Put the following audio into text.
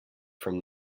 from